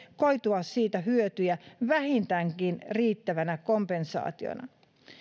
koitua siitä hyötyjä vähintäänkin riittävänä kompensaationa